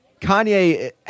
Kanye